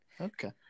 Okay